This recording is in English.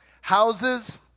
houses